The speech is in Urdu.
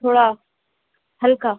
تھوڑا ہلکا